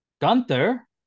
Gunther